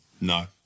No